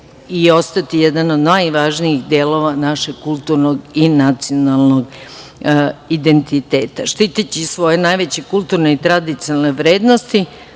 i ostati jedan od najvažnijih delova našeg kulturnog i nacionalnog identiteta. Štiteći svoje najveće kulturne i tradicionalne vrednosti,